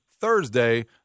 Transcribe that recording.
Thursday